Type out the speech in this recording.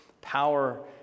power